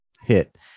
hit